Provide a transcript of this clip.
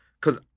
cause